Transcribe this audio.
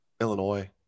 Illinois